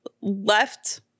left